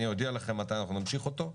אני אודיע לכם מתי נמשיך אותו.